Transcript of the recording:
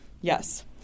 Yes